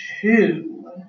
two